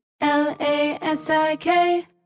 L-A-S-I-K